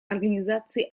организации